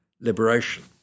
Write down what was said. liberation